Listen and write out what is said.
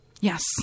Yes